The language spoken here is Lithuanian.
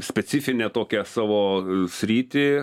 specifinę tokią savo sritį